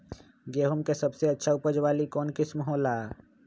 गेंहू के सबसे अच्छा उपज वाली कौन किस्म हो ला?